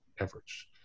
efforts